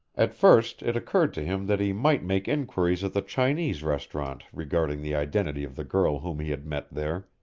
at first it occurred to him that he might make inquiries at the chinese restaurant regarding the identity of the girl whom he had met there,